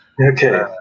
okay